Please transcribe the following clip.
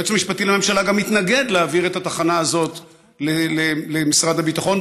היועץ המשפטי לממשלה גם התנגד להעביר את התחנה הזאת למשרד הביטחון,